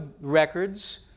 records